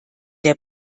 der